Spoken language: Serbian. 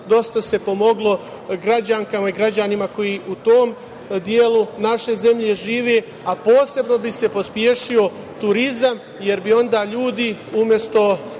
dosta se pomoglo građankama i građanima koji u tom delu naše zemlje žive, a posebno bi se pospešio turizam, jer bi onda ljudi umesto